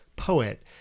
poet